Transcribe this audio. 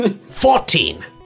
Fourteen